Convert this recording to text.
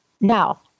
Now